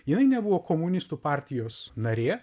jinai nebuvo komunistų partijos narė